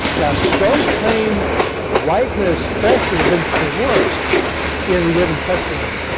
now some claim weichmann especially had been coerced into giving testimony.